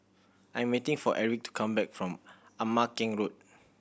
I'm meeting for Erik to come back from Ama Keng Road